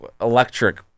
Electric